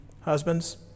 Husbands